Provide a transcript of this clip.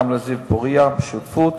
גם ל"זיו" ו"פורייה", בשותפות.